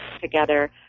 together